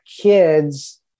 kids